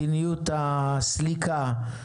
מדיניות הסליקה,